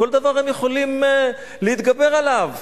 כל דבר הם יכולים להתגבר עליו.